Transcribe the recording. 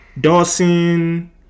Dawson